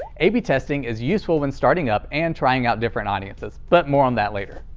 a b testing is useful when starting up and trying out different audiences. but more on that later.